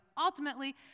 ultimately